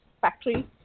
factory